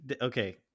okay